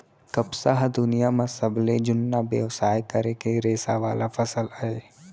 कपसा ह दुनियां म सबले जुन्ना बेवसाय करे के रेसा वाला फसल अय